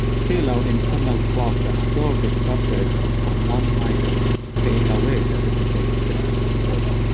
still our internal clocks are so disrupted from one night of staying awake that it will take six to seven days.